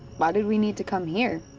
why did we need to come here?